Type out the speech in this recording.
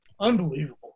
Unbelievable